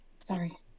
sorry